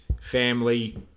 family